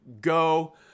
go